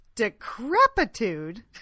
decrepitude